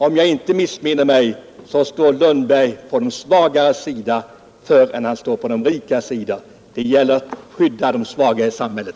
Om jag inte missminner mig, står herr Lundberg hellre på den svages sida än på den rikes. Det gäller här att skydda de svaga i samhället.